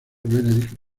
benedict